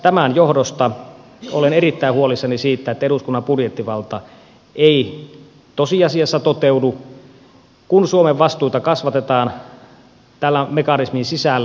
tämän johdosta olen erittäin huolissani siitä että eduskunnan budjettivalta ei tosiasiassa toteudu kun suomen vastuita kasvatetaan täällä mekanismin sisällä